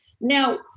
Now